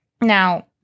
Now